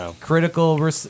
critical